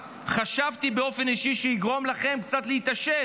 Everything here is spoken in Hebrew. חשבתי באופן אישי שהוא יגרום לכם להתעשת